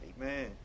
Amen